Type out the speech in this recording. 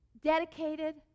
Dedicated